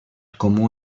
comú